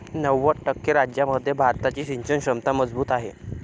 नव्वद टक्के राज्यांमध्ये भारताची सिंचन क्षमता मजबूत आहे